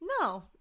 no